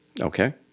Okay